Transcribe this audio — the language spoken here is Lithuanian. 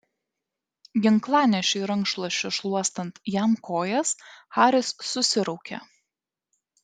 ginklanešiui rankšluosčiu šluostant jam kojas haris susiraukė